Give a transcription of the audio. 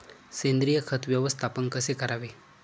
सेंद्रिय खत व्यवस्थापन कसे करावे?